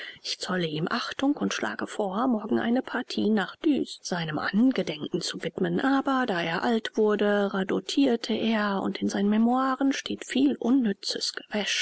ich zolle ihm achtung und schlage vor morgen eine partie nach dux seinem angedenken zu widmen aber da er alt wurde radotirte er und in seinen memoiren steht viel unnützes